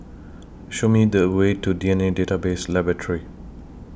Show Me The Way to D N A Database Laboratory